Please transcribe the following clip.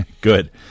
Good